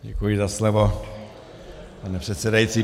Děkuji za slovo, pane předsedající.